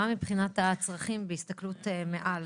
מה מבחינת הצרכים בהסתכלות מעל?